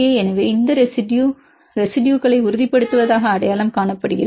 எனவே இந்த ரெசிடுயு ரெசிடுயுகளை உறுதிப்படுத்துவதாக அடையாளம் காணப்படுகிறது